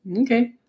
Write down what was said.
Okay